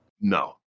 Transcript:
No